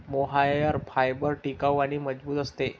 mohair fibre टिकाऊ आणि मजबूत असते